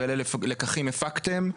ואילו לקחים הפקתם?